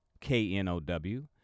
K-N-O-W